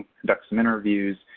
conduct some interviews,